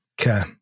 Okay